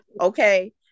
okay